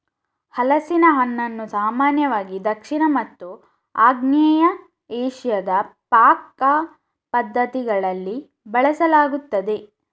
ಹಲಸಿನ ಹಣ್ಣನ್ನು ಸಾಮಾನ್ಯವಾಗಿ ದಕ್ಷಿಣ ಮತ್ತು ಆಗ್ನೇಯ ಏಷ್ಯಾದ ಪಾಕ ಪದ್ಧತಿಗಳಲ್ಲಿ ಬಳಸಲಾಗುತ್ತದೆ